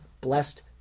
blessed